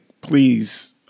please